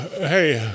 hey